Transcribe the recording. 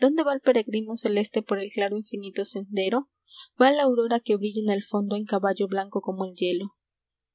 dónde va el peregrino celeste por el claro infinito sendero va a la aurora que brilla en el fondo en caballo blanco como el hielo